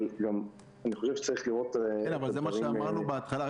אבל אני חושב שצריך לראות את הדברים --- זה מה שאמרנו בהתחלה.